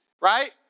right